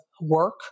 work